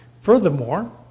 furthermore